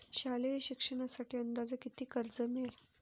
शालेय शिक्षणासाठी अंदाजे किती कर्ज मिळेल?